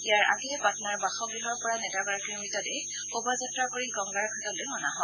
ইয়াৰ আগেয়ে পাটনাৰ বাসগৃহৰ পৰা নেতাগৰাকীৰ মৃতদেহ শোভাযাত্ৰা কৰি গংগা ঘাটলৈ অনা হয়